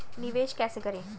निवेश कैसे करें?